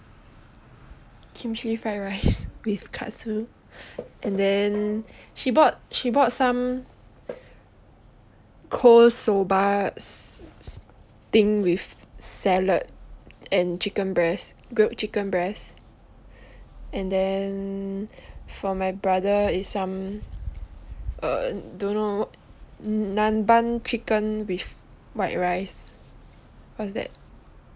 kimchi fried rice with katsu and then she bought she bought some cold soba thing with salad and chicken breast grilled chicken breast and then for my brother is some err don't know what nanbun chicken with white rice what's that